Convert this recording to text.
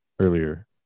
earlier